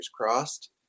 crossed